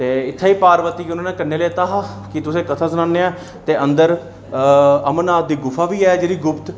इत्थे ई पार्वती ई उ'नें कन्नै लेता हा प्ही तुसेंई कथा सनाने आं अंदर अमरनाथ दी गुफा बी ऐ जेह्ड़ी गुप्त